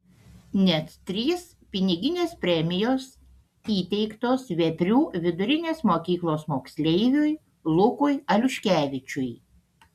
net trys piniginės premijos įteiktos veprių vidurinės mokyklos moksleiviui lukui aliuškevičiui